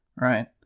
right